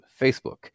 Facebook